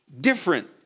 different